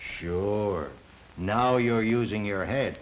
sure now you're using your head